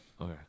Okay